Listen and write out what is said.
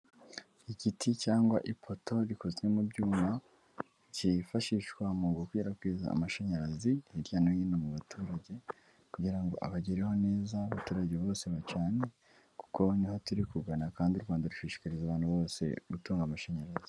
Igiti cyangwa ipoto, rikozwe mu byuma, cyifashishwa mu gukwirakwiza amashanyarazi, hirya no hino mu baturage, kugira ngo abagereho neza, abaturage bose bacane, kuko niho turi kugana kandi u Rwanda rushishikariza abantu bose gutanga amashanyarazi.